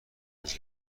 ریزی